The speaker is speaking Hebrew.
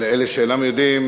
לאלה שאינם יודעים,